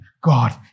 God